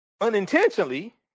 unintentionally